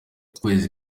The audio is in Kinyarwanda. ukwezi